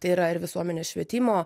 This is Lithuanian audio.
tai yra ir visuomenės švietimo